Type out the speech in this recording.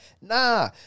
Nah